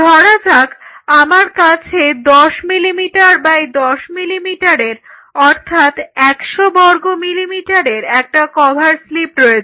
ধরা যাক আমার কাছে 10 মিলিমিটার10 মিলিমিটারের অর্থাৎ 100 বর্গ মিলিমিটারের একটা কভার স্লিপ রয়েছে